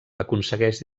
aconsegueix